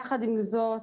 יחד עם זאת,